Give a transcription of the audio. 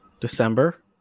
December